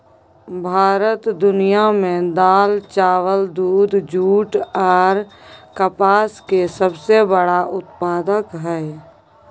भारत दुनिया में दाल, चावल, दूध, जूट आर कपास के सबसे बड़ा उत्पादक हय